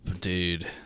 dude